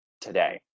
today